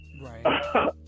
Right